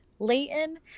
Leighton